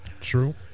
True